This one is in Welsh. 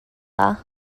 dda